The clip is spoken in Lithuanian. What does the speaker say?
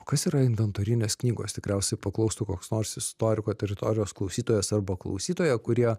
o kas yra inventorinės knygos tikriausiai paklaustų koks nors istoriko teritorijos klausytojas arba klausytoja kurie